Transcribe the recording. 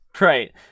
Right